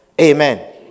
Amen